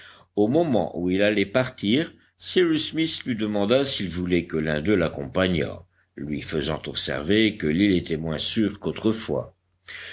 au moment où il allait partir cyrus smith lui demanda s'il voulait que l'un d'eux l'accompagnât lui faisant observer que l'île était moins sûre qu'autrefois